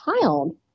child